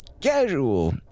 casual